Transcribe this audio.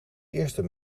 eerste